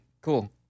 Cool